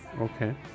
Okay